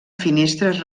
finestres